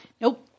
Nope